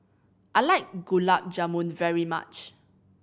I like Gulab Jamun very much